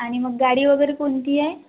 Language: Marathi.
आणि मग गाडी वगैरे कोणती आहे